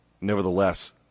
nevertheless